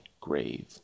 grave